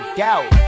doubt